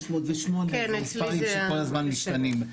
608. זה מספרים שכל הזמן משתנים.